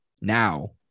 now